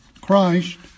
Christ